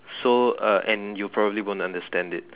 so uh and you probably won't understand it